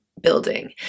building